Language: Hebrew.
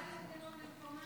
אני יכולה לנאום במקומה?